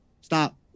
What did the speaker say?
stop